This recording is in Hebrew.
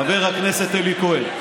חבר הכנסת אלי כהן,